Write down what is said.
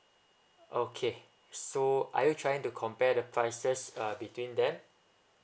okay so are you trying to compare the prices uh between them